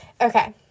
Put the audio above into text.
Okay